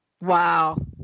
Wow